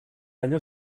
año